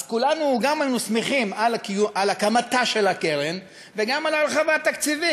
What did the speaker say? אז כולנו גם היינו שמחים על הקמתה של הקרן וגם על הרחבה תקציבית.